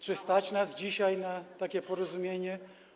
Czy stać nas dzisiaj na takie porozumienie?